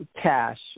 cash